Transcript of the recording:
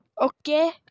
Okay